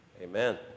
amen